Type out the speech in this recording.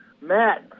Matt